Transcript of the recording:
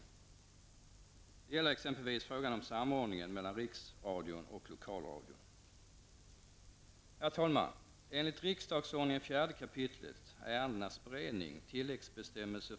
Detta gäller exempelvis frågan om samordningen mellan Riksradion och Lokalradion. Herr talman!